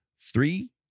Three